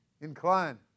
incline